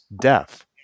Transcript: death